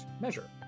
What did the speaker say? measure